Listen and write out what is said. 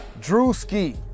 Drewski